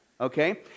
Okay